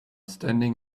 standing